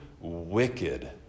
wicked